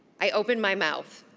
i open my mouth.